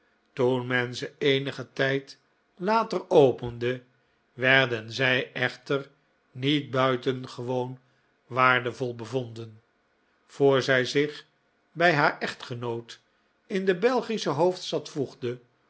men ze eenigen tijd later opende werden zij echter niet buitengewoon waardevol bevonden voor zij zich bij haar echtgenoot in de belgische hoofdstad voegde